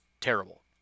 terrible